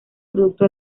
producto